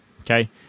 Okay